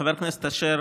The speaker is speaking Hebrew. חבר הכנסת אשר,